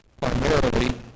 primarily